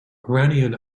iranian